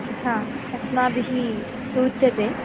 हा अस्माभिः सूच्यते